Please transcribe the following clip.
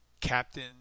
Captain